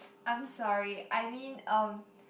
I'm sorry I mean um